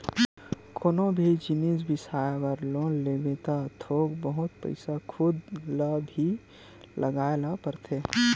कोनो भी जिनिस बिसाए बर लोन लेबे त थोक बहुत पइसा खुद ल भी लगाए ल परथे